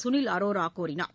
Sunil அரோராகூறினார்